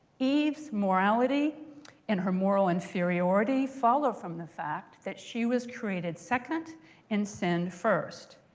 eve's morality and her moral inferiority follow from the fact that she was created second and sinned first.